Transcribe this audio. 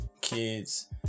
kids